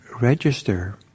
register